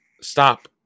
stop